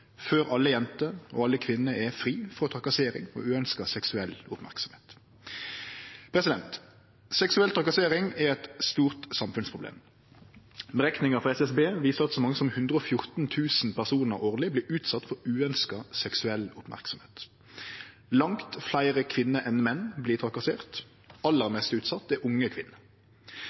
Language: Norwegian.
før alle jenter og alle kvinner er fri for trakassering og uønskt seksuell merksemd. Seksuell trakassering er eit stort samfunnsproblem. Berekningar frå SSB viser at så mange som 114 000 personar årleg vert utsette for uønskt seksuell merksemd. Langt fleire kvinner enn menn vert trakasserte. Aller mest utsett er unge kvinner.